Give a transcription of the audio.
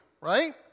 right